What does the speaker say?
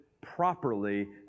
properly